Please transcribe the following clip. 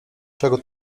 czego